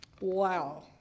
Wow